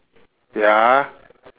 ya